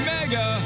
Mega